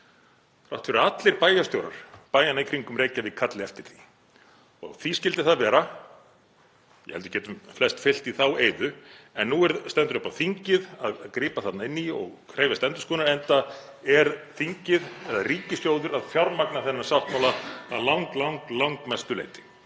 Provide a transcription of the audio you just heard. fyrir að allir bæjarstjórar bæjanna í kringum Reykjavík kalli eftir því. Því skyldi það vera? Ég held við getum flest fyllt í þá eyðu, en nú stendur upp á þingið að grípa þarna inn í og krefjast endurskoðunar enda er þingið eða ríkissjóður að fjármagna þennan sáttmála að langmestu leyti.